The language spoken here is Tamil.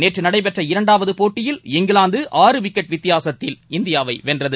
நேற்று நடைபெற்ற இரண்டாவது போட்டியில் இங்கிலாந்து ஆறு விக்கெட் வித்தியாசத்தில் இந்தியாவை வென்றது